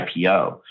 IPO